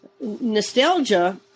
nostalgia